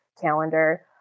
calendar